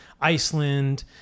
Iceland